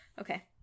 Okay